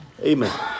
Amen